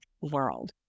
world